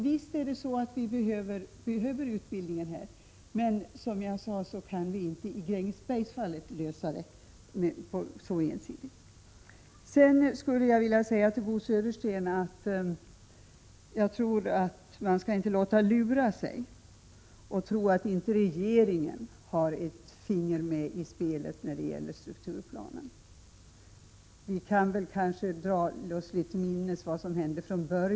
Visst behöver vi utbildningen, men en så ensidig satsning löser inte problemen i Grängesberg. Jag vill till Bo Södersten säga att man inte skall låta lura sig att tro att regeringen inte har ett finger med i spelet när det gäller strukturplanen. Vi bör kanske dra oss till minnes vad som startade det hela.